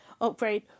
upgrade